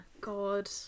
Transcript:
god